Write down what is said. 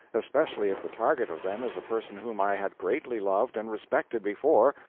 especially if the target of them is a person whom i had greatly loved and respected before,